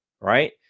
Right